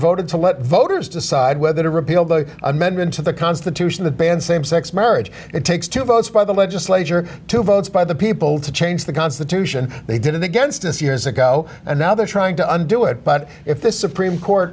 voted to let voters decide whether to repeal the amendment to the constitution to ban same sex marriage it takes two votes by the legislature two votes by the people to change the constitution they did it against us years ago and now they're trying to undo it but if the supreme court